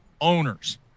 owners